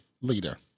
leader